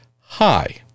Hi